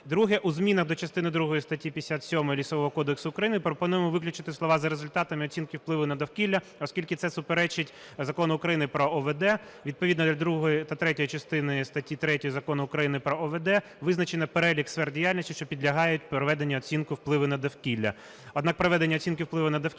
Друге. У змінах до частини другої статті 57 Лісового кодексу України пропонуємо виключити слова "за результатами оцінки впливу на довкілля", оскільки це суперечить Закону України про ОВД, відповідно до другої та третьої частини статті 3 Закону України про ОВД визначено перелік сфер діяльності, що підлягають проведенню оцінки впливу на довкілля.